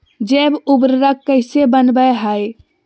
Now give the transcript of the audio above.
जैव उर्वरक कैसे वनवय हैय?